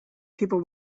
people